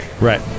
Right